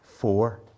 four